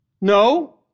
No